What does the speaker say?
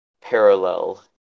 parallel